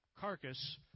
carcass